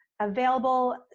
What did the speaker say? available